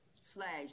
slash